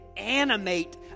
animate